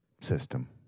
system